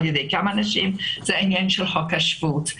זה העניין של החוק השבות.